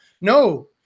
No